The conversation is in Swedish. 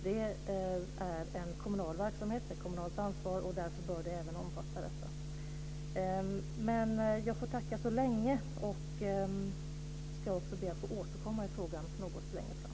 Det är en kommunal verksamhet med kommunalt ansvar, och den bör omfattas av detta. Jag får tacka så länge. Jag ska också be att få återkomma i frågan längre fram.